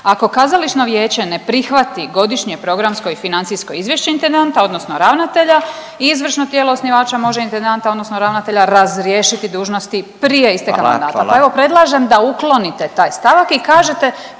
ako kazališno vijeće ne prihvati godišnje programsko i financijsko izvješće intendanta, odnosno ravnatelja, izvršno tijelo osnivača može intendanta odnosno ravnatelja razriješiti dužnosti prije isteka mandata. .../Upadica: Hvala, hvala./... Pa evo, predlažem da uklonite taj stavak i kažete